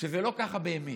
שזה לא ככה באמת,